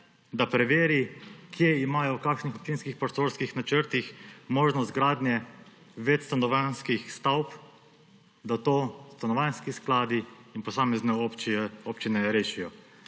da preveri, kje imajo v kakšnih občinskih prostorskih načrtih možnost gradnje večstanovanjskih stavb, da to stanovanjski skladi in posamezne občine rešijo.